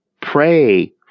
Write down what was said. Pray